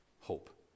hope